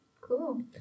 cool